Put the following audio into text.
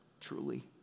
truly